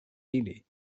ili